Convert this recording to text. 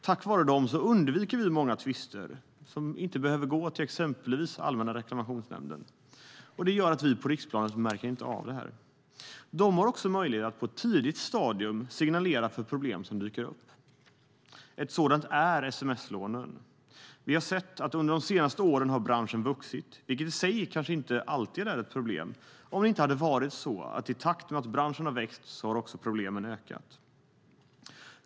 Tack vare dem undviker vi många tvister som inte behöver gå till exempelvis Allmänna reklamationsnämnden. Det gör att vi på riksplanet inte märker av det här. De har vidare möjlighet att på ett tidigt stadium signalera om problem som dyker upp. Ett sådant är sms-lånen. Vi har sett under de senaste åren hur branschen har vuxit, vilket i sig inte alltid är ett problem om det inte varit så att i takt med att branschen växt har också problemen ökat.